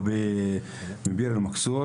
או בביר אל-מכסור,